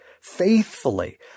faithfully